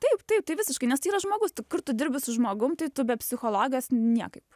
taip taip tai visiškai nes yra žmogus tai kur tu dirbi su žmogum tai tu be psichologijos niekaip